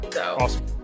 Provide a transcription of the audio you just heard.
awesome